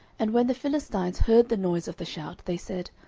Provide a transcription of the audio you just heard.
and when the philistines heard the noise of the shout, they said,